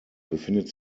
befindet